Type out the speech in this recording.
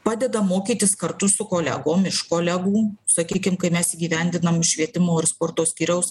padeda mokytis kartu su kolegom iš kolegų sakykim kai mes įgyvendinam švietimo ir sporto skyriaus